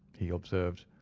he observed.